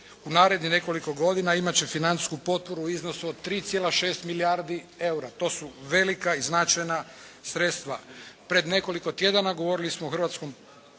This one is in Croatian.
u narednih nekoliko godina imati će financijsku potporu u iznosu od 3.6 milijardi eura. To su velika i značajna sredstva. Pred nekoliko tjedana govorili smo u Hrvatskom